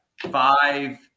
five